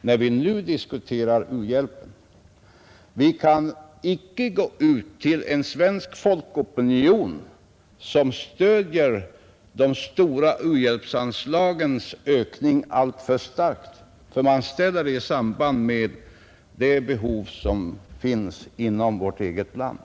när vi diskuterar u-hjälpen, att vi inte kan räkna med en svensk folkopinion, som stöder de stora u-hjälpsanslagens ökning alltför starkt, eftersom man sätter den i samband med det behov som finns inom vårt eget land.